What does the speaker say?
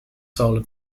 solar